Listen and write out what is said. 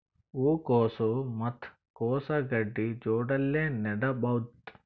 ಹೂ ಕೊಸು ಮತ್ ಕೊಸ ಗಡ್ಡಿ ಜೋಡಿಲ್ಲೆ ನೇಡಬಹ್ದ?